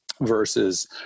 versus